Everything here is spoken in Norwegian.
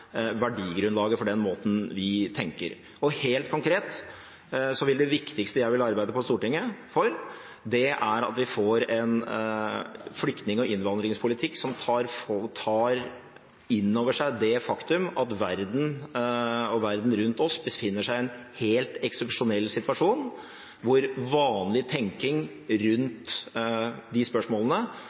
verdigrunnlaget for den måten vi tenker på. Helt konkret vil det viktigste jeg vil arbeide for på Stortinget, være at vi får en flyktning- og innvandringspolitikk som tar innover seg det faktum at verden rundt oss befinner seg i en helt eksepsjonell situasjon, der vanlig tenking rundt de spørsmålene